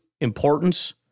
importance